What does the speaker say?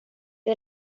det